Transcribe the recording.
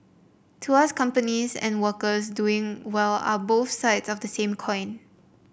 to us companies and workers doing well are both sides of the same coin